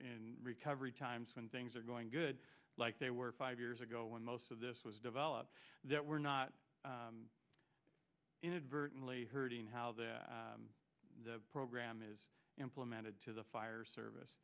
in recovery times when things are going good like they were five years ago when most of this was developed that we're not inadvertently hurting how the program is implemented to the fire service